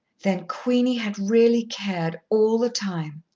then queenie had really cared all the time!